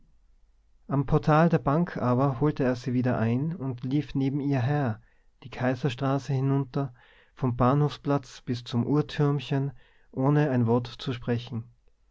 am portal der bank aber holte er sie wieder ein und lief neben ihr her die kaiserstraße hinunter vom bahnhofsplatz bis zum uhrtürmchen ohne ein wort zu sprechen